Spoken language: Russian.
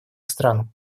странам